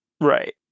right